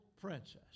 princess